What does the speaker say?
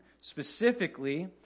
Specifically